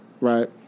right